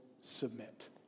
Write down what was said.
submit